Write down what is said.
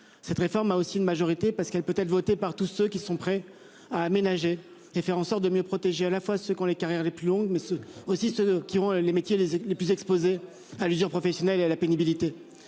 Cette réforme a aussi une majorité parce qu'elle peut être voté par tout ceux qui sont prêts à aménager et faire en sorte de mieux protéger à la fois ce qu'ont les carrières les plus longues mais ce aussi ceux qui ont les métiers les plus exposés à l'usure professionnelle et la pénibilité.